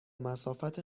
مسافت